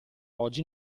oggi